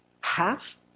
half